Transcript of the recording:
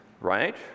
Right